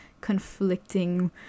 conflicting